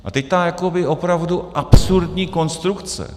A teď ta jakoby opravdu absurdní konstrukce.